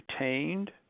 retained